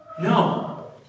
No